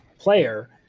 player